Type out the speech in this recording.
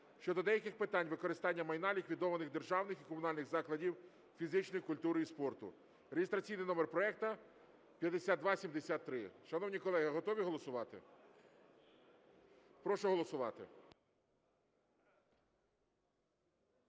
щодо деяких питань використання майна ліквідованих державних і комунальних закладів фізичної культури і спорту (реєстраційний номер проекту 5273). Шановні колеги, готові голосувати? Прошу голосувати.